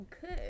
good